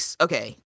Okay